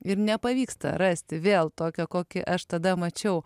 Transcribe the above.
ir nepavyksta rasti vėl tokio kokį aš tada mačiau